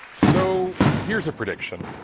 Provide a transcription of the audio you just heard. so, here's a prediction.